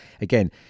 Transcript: again